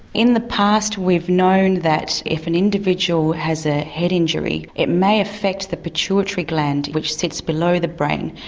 in the past we've known that if an individual has a head injury it may affect the pituitary gland which sits below the brain.